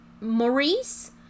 Maurice